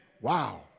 Wow